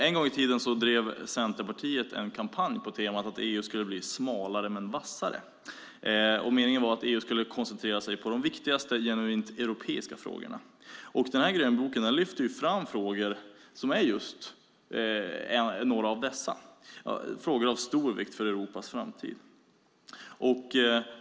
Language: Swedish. En gång i tiden drev Centerpartiet en kampanj på temat att EU skulle bli smalare men vassare. Meningen var att EU skulle koncentrera sig på de viktigaste, genuint europeiska frågorna. Den här grönboken lyfter fram några av dessa, frågor av stor vikt för Europas framtid.